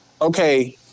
Okay